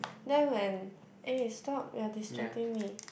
then when eh stop you are distracting me